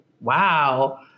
wow